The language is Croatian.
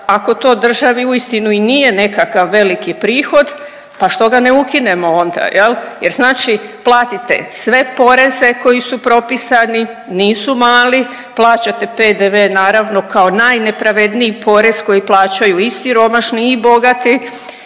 ako to državi uistinu i nije nekakav veliki prihod, pa što ga ne ukinemo onda jel, jer znači platite sve poreze koji su propisani, nisu mali, plaćate PDV naravno kao najnepravedniji porez koji plaćaju i siromašni i bogati,